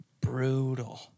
brutal